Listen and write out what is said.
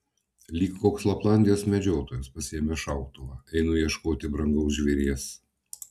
lyg koks laplandijos medžiotojas pasiėmęs šautuvą einu ieškoti brangaus žvėries